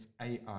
AI